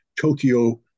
Tokyo